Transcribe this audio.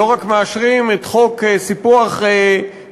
לא רק מאשרים את חוק סיפוח בקעת-הירדן,